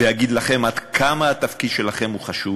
ויגיד לכם עד כמה התפקיד שלכם חשוב,